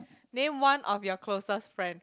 name one of your closest friend